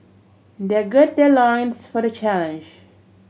their gird their loins for the challenge